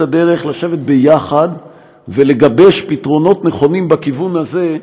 הדרך לשבת יחד ולגבש פתרונות נכונים בכיוון הזה,